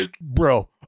bro